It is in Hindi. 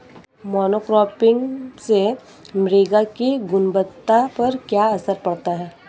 मोनोक्रॉपिंग से मृदा की गुणवत्ता पर क्या असर पड़ता है?